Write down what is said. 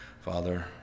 Father